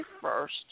first